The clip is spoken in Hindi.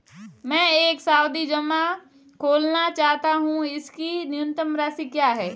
मैं एक सावधि जमा खोलना चाहता हूं इसकी न्यूनतम राशि क्या है?